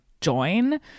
join